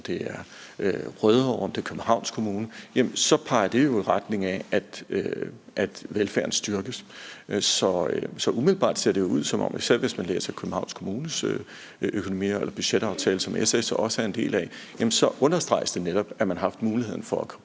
om det er i Københavns Kommune, så peger det jo i retning af, at velfærden styrkes. Især hvis man læser Københavns Kommunes budgetaftale, som SF også er en del af, understreges det netop, at man har haft muligheden for at kunne